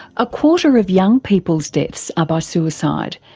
a quarter of young people's deaths are by suicide,